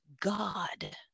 God